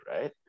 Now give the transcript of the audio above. right